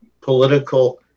political